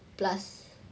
plus